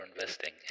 investing